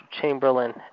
Chamberlain